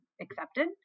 accepted